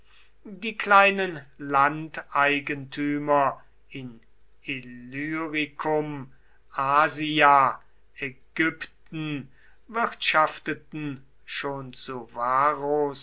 die kleinen landeigentümer in illyricum asia ägypten wirtschafteten schon zu varros